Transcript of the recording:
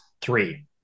three